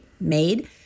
made